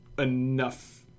enough